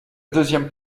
deuxième